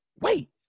wait